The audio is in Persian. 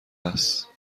است